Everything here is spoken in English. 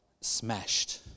smashed